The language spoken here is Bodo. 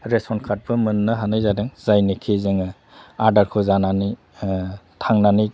रेसन कार्डबो मोननो हानाय जादों जायनिखि जोङो आदारखौ जानानै थांनानै